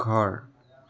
ঘৰ